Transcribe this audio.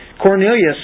Cornelius